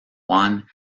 juan